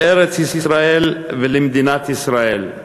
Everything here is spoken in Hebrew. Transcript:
לארץ-ישראל ולמדינת ישראל,